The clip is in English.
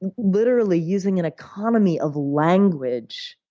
literally using an economy of language,